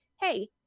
hey